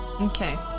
Okay